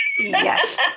Yes